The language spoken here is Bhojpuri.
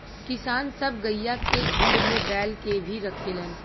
किसान सब गइया के झुण्ड में बैल के भी रखेलन